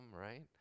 right